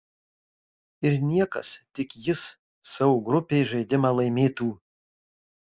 ir niekas tik jis savo grupėj žaidimą laimėtų